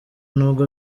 nubwo